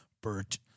Bert